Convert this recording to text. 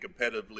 competitively